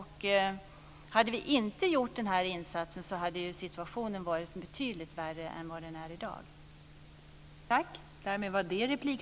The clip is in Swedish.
Hade vi inte vidtagit denna insats hade situationen varit betydligt värre än vad den är i dag.